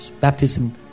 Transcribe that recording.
Baptism